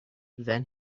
then